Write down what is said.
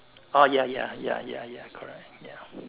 oh ya ya ya ya ya correct ya